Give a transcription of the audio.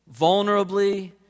vulnerably